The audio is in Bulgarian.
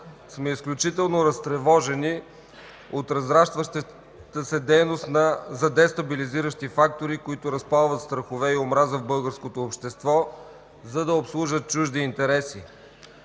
сме изключително разтревожени от разрастващата се дейност за дестабилизиращи фактори, които разпалват страхове и омраза в българското общество, за да обслужат чужди интереси.